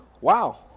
wow